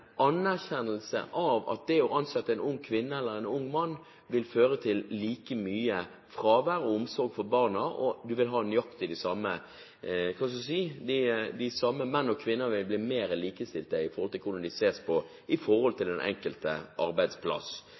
anerkjennelse av at det å ansette en ung kvinne eller en ung mann vil føre til like mye fravær og like mye omsorg for barna, og de samme menn og kvinner vil bli mer likestilt med hensyn til hvordan de ses på på den enkelte arbeidsplass.